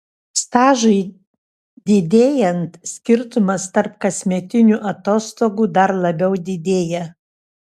stažui didėjant skirtumas tarp kasmetinių atostogų dar labiau didėja